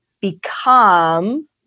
become